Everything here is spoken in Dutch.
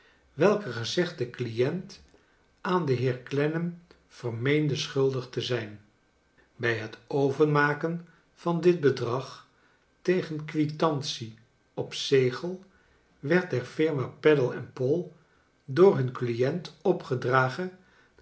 welke gezegde client aan den heer clennam vermeende schuldig te zrjn bij het overmaken van dit bedrag tegen quitantie op zegel werd der firma peddle en poul door hun client opgedragen